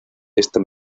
esta